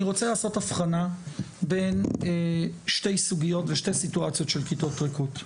אני רוצה לעשות הבחנה בין שתי סוגיות ושתי סיטואציות של כיתות ריקות,